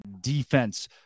defense